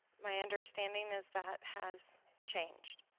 my understanding is that has changed